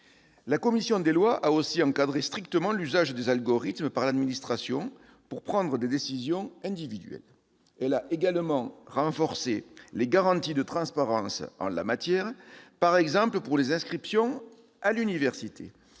La commission des lois a aussi strictement encadré l'usage des algorithmes par l'administration lorsque cette dernière prend des décisions individuelles. Elle a en outre renforcé les garanties de transparence en la matière, par exemple pour les inscriptions à l'université.